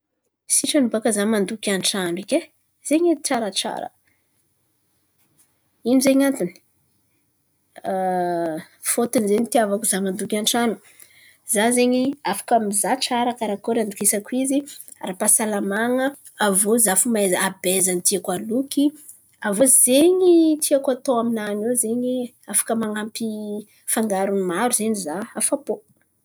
Sitrany baka za mandoky an-tran̈o ndreky e zen̈y edy tsaratsara. Ino zen̈y antony? Fôtony zen̈y itiavako za mandoky an-trano, za zen̈y afaka mizaha tsara karakôry andokisako izy, ara-pahasalaman̈a aviô za fo mahay abezany tiako aloky. Aviô zen̈y tiako atao aminany ao zen̈y, afaka man̈ampy fangarony maro zen̈y za afapô.